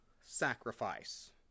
sacrifice